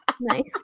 Nice